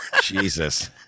Jesus